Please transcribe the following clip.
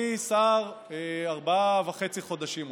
אני שר ארבעה וחצי חודשים,